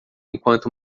enquanto